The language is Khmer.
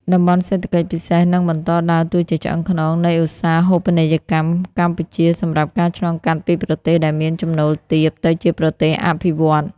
តំបន់សេដ្ឋកិច្ចពិសេស នឹងបន្តដើរតួជាឆ្អឹងខ្នងនៃឧស្សាហូបនីយកម្មកម្ពុជា សម្រាប់ការឆ្លងកាត់ពីប្រទេសដែលមានចំណូលទាប ទៅជាប្រទេសអភិវឌ្ឍន៍។